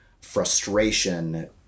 frustration